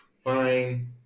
Fine